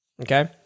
Okay